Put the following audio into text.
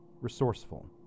resourceful